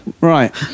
right